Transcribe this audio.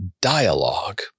dialogue